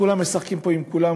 כולם משחקים פה עם כולם,